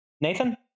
Nathan